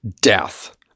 death